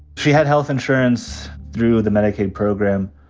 she had health insurance through the medicaid program.